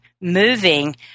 moving